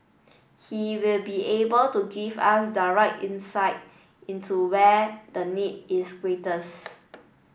he will be able to give us direct insight into where the need is greatest